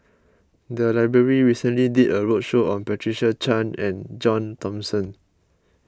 the library recently did a roadshow on Patricia Chan and John Thomson